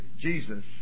Jesus